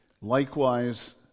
Likewise